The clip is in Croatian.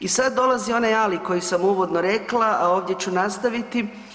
I sad dolazi onaj ali koji sam uvodno rekla, a ovdje ću nastaviti.